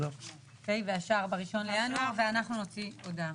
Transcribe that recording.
והשאר בראשון לינואר ואנחנו נוציא הודעה.